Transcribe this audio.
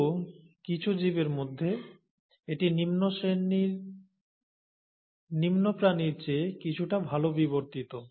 তবুও কিছু জীবের মধ্যে এটি নিম্ন প্রাণীর চেয়ে কিছুটা ভাল বিবর্তিত